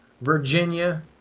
Virginia